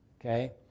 okay